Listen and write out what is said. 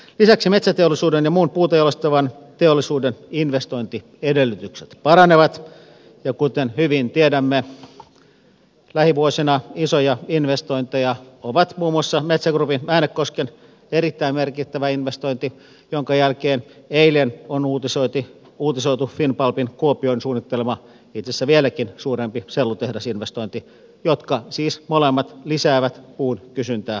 lisäksi metsäteollisuuden ja muun puuta jalostavan teollisuuden investointiedellytykset paranevat ja kuten hyvin tiedämme lähivuosina isoja investointeja on muun muassa metsä groupin äänekosken erittäin merkittävä investointi ja sen lisäksi eilen on uutisoitu finnpulpin kuopioon suunnittelema itse asiassa vieläkin suurempi sellutehdasinvestointi jotka siis molemmat lisäävät puun kysyntää merkittävästi